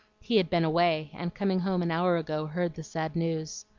he had been away, and coming home an hour ago, heard the sad news.